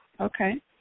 Okay